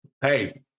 Hey